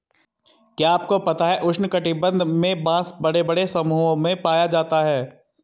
क्या आपको पता है उष्ण कटिबंध में बाँस बड़े बड़े समूहों में पाया जाता है?